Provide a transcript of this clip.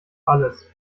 alles